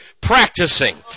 practicing